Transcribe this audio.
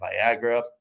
Viagra